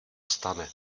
stane